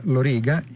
Loriga